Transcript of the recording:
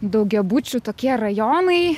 daugiabučių tokie rajonai